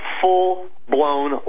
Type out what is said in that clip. full-blown